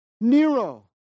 Nero